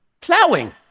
Plowing